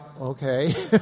okay